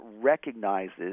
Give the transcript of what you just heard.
recognizes